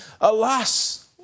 Alas